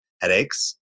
headaches